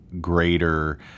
greater